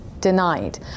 denied